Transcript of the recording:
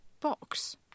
box